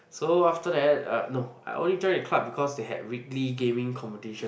so after that uh no I only join that club because they had weekly gaming competition